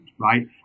right